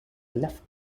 left